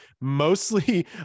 mostly